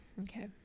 Okay